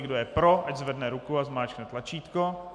Kdo je pro, ať zvedne ruku a zmáčkne tlačítko.